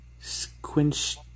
squinch